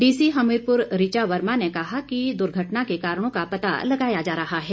DC Hamirpur Richa Verma ने कहा कि दुर्घटना के कारणों का पता लगाया जा रहा है